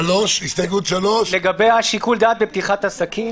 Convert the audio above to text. הסתייגות 3. לגבי שיקול דעת בפתיחת עסקים.